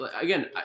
Again